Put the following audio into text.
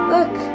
Look